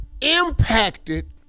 Impacted